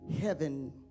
heaven